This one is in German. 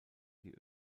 die